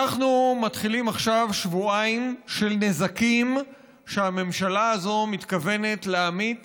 אנחנו מתחילים עכשיו שבועיים של נזקים שהממשלה הזו מתכוונת להמיט